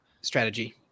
strategy